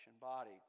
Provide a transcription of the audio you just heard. body